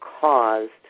caused